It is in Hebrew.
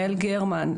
יעל גרמן,